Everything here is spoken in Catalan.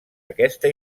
aquesta